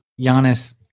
Giannis